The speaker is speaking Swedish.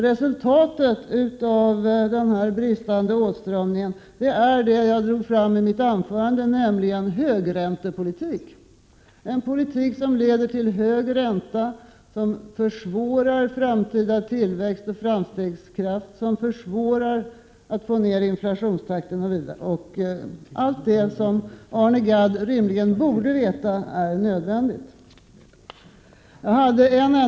Resultatet av den bristande åtstramningen blir det som jag androg i mitt anförande, nämligen högräntepolitik; en politik som leder till hög ränta, som försvårar framtida tillväxt och minskar framstegskraften och som försvårar möjligheterna att få ned inflationstakten — allt detta som Arne Gadd rimligen borde veta är nödvändigt att åstadkomma.